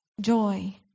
joy